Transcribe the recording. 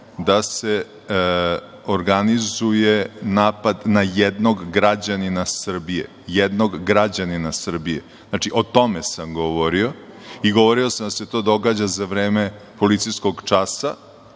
da se organizuje napad na jednog građanina Srbije, jednog građanina Srbije. Znači, o tome sam govorio i govorio sam da se to događa za vreme policijskog časa.